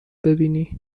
ببینی